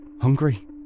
Hungry